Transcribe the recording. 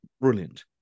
brilliant